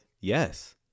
Yes